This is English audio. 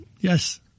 Yes